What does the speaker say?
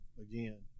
again